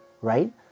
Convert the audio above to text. right